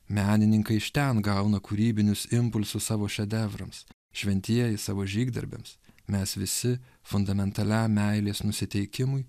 menininkai iš ten gauna kūrybinius impulsus savo šedevrams šventieji savo žygdarbiams mes visi fundamentaliam meilės nusiteikimui